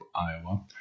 Iowa